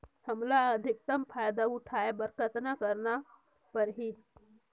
हमला अधिकतम फायदा उठाय बर कतना करना परही?